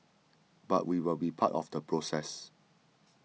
but we will be part of the process